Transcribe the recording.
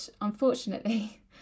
unfortunately